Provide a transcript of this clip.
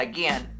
Again